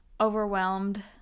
overwhelmed